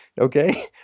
okay